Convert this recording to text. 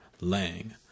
Lang